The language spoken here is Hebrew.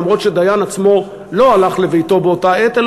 למרות שדיין עצמו לא הלך לביתו באותה עת,